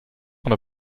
and